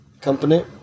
company